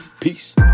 Peace